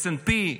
S&P,